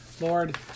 Lord